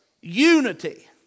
unity